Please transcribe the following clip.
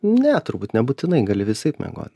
ne turbūt nebūtinai gali visaip miegot